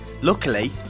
Luckily